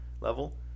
level